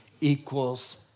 equals